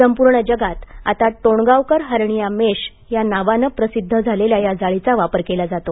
संपूर्ण जगात आता टोणगावकर हरनीया मेश या नावाने प्रसिध्द झालेल्या या जाळीचा वापर केला जातो